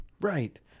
right